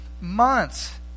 months